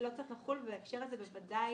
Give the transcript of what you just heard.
צריך לחול, בהקשר הזה בוודאי.